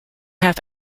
half